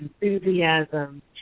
enthusiasm